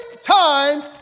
time